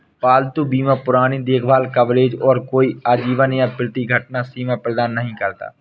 पालतू बीमा पुरानी देखभाल कवरेज और कोई आजीवन या प्रति घटना सीमा प्रदान नहीं करता